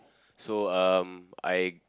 so um I